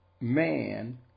man